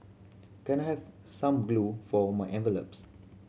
can I have some glue for my envelopes